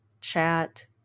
chat